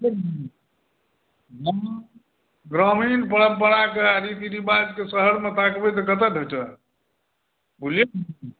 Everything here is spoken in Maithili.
ग्रामीण परम्पराके आ रीति रिवाज़के शहरमे ताकबै तऽ कतहुँ भेंटत बुझलियै ने